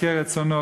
יבקר את צאנו,